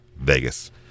Vegas